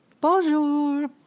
Bonjour